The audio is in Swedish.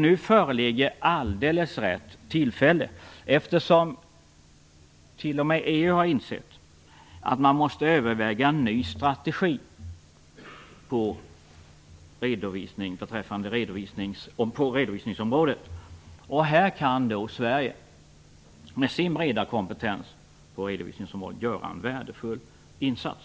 Nu föreligger alldeles rätt tillfälle, eftersom t.o.m. EU har insett att man måste överväga en ny strategi på redovisningsområdet. Här kan Sverige, med sin breda kompetens på redovisningsområdet, göra en värdefull insats.